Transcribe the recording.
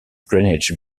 drainage